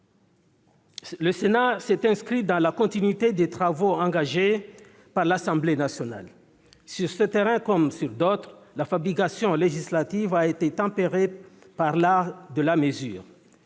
Le Sénat s'est inscrit dans la continuité des travaux engagés par l'Assemblée nationale. Sur ce terrain comme sur d'autres, la fabrication législative a été tempérée par l'art de la mesure.